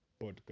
podcast